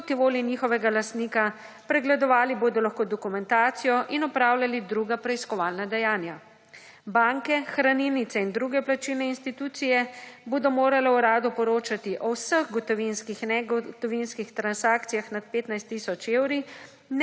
proti volji njihovega lastnika, pregledovali bodo lahko dokumentacijo in opravljali druga preiskovalna dejanja. Banke, hranilnice in druge plačilne institucije bodo morale Uradu poročati o vseh gotovinskih in negotovinskih transakcijah nad 15 tisoč evri,